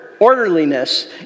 Orderliness